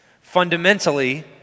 Fundamentally